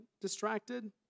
distracted